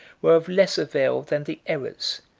were of less avail than the errors,